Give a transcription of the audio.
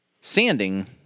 sanding